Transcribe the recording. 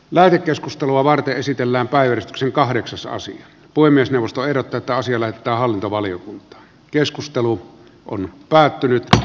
lähetekeskustelua varten esitellään päivystyksen kahdeksasosa voi myös nousta erotetaan sillä että hallintovaliokunta keskustelu on päättynyt